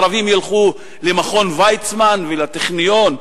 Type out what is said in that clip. הערבים ילכו למכון ויצמן ולטכניון?